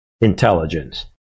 intelligence